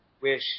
Wish